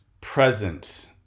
Present